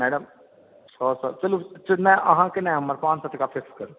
madam छओ सए चलु नहि अहाँके नहि हमर पाँच सए टका फिक्स करू